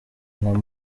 nka